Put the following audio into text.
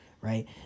right